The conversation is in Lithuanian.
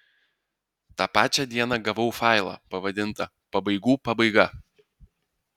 tą pačią dieną gavau failą pavadintą pabaigų pabaiga